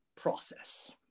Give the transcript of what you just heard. process